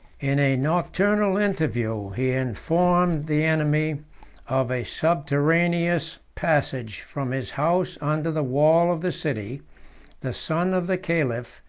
in a nocturnal interview, he informed the enemy of a subterraneous passage from his house under the wall of the city the son of the caliph,